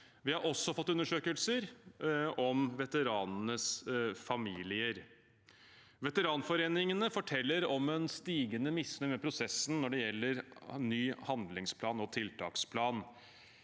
Vi har også fått undersøkelser om veteranenes familier. Veteranforeningene forteller om en stigende misnøye med prosessen når det gjelder ny handlingsplan og tiltaksplan.